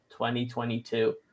2022